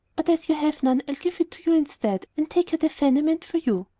but as you have none i'll give it to you instead, and take her the fan i meant for you.